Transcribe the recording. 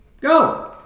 Go